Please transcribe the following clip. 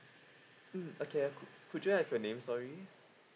mm okay could I have your name sorry